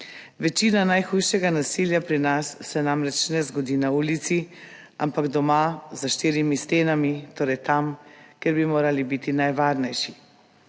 Večina najhujšega nasilja pri nas se namreč ne zgodi na ulici, ampak doma, za štirimi stenami, torej tam, kjer bi morali biti najvarnejši.